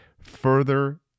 Further